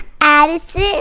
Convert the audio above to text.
Addison